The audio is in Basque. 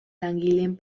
langileen